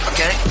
Okay